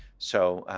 so